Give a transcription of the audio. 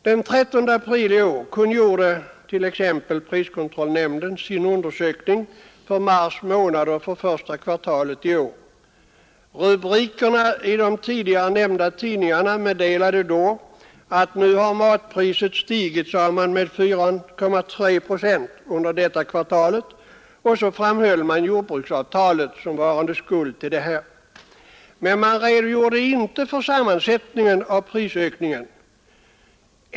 Den 13 april i år kungjorde t.ex. priskontrollnämnden resultat av sin undersökning av livsmedelspriserna för mars månad och för första kvartalet i år. Rubrikerna i de tidigare nämnda tidningarna meddelade då, att nu har matpriset stigit med 4,3 procent under detta kvartal. Och så framhöll man jordbruksavtalet såsom varande skuld till detta. Men man redogjorde inte för sammansättningen av prisökningen.